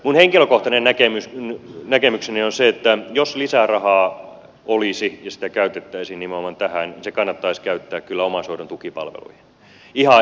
minun henkilökohtainen näkemykseni on se että jos lisärahaa olisi ja sitä käytettäisiin nimenomaan tähän se kannattaisi käyttää kyllä omaishoidon tukipalveluihin ihan ehdottomasti